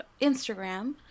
Instagram